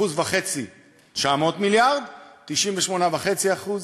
1.5% 900 מיליארד, 98.5%